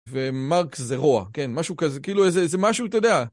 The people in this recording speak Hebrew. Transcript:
ומרקס זה רוע, כן, משהו כזה, כאילו איזה, איזה משהו, אתה יודע.